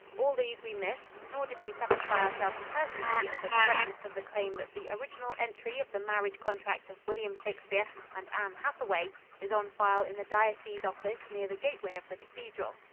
all these we missed nor did we satisfy ourselves personally of the correctness of the claim that the original entry of the marriage contract of william shakespeare and anne hathaway is on file in the diocese office near the gateway of the cathedral.